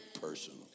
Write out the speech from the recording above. personal